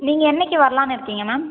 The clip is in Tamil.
நீங்கள் என்றைக்கி வரலாம்னு இருக்கீங்க மேம்